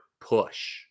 push